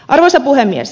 arvoisa puhemies